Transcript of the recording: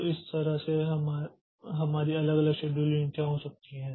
तो इस तरह से हमारी अलग अलग शेड्यूलिंग नीतियां हो सकती हैं